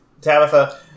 Tabitha